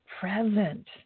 present